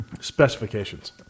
specifications